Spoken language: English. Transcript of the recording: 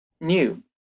new